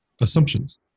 assumptions